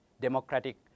democratic